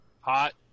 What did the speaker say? Hot